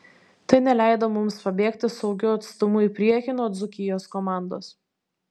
tai neleido mums pabėgti saugiu atstumu į priekį nuo dzūkijos komandos